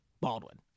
Baldwin